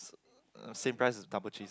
same price as double cheese